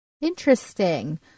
Interesting